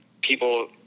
people